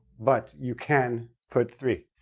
but you can put three.